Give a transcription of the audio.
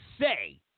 say